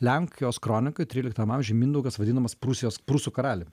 lenkijos kronikoj tryliktam amžiuj mindaugas vadinamas prūsijos prūsų karaliumi